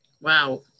Wow